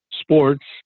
sports